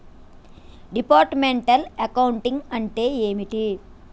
Departmental accounting అంటే ఏమిటి?